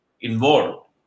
involved